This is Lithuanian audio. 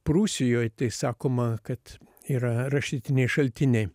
prūsijoj tai sakoma kad yra rašytiniai šaltiniai